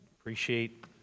Appreciate